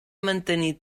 mantenir